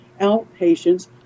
outpatients